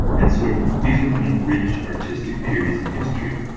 and sort of these are kind of rich artistic periods in history,